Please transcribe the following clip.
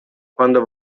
quando